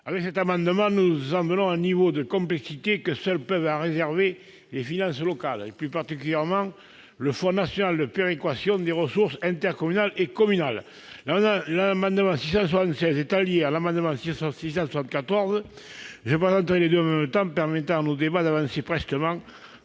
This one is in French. Avec cet amendement, nous en venons à un niveau de complexité que seuls peuvent nous réserver les finances locales et, plus particulièrement, le Fonds national de péréquation des ressources intercommunales et communales. L'amendement n° II-676 rectifié étant lié à l'amendement n° II-674 rectifié, je les présenterai en même temps, permettant ainsi à nos débats d'avancer prestement,